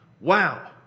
wow